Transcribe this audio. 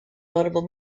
notable